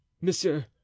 Monsieur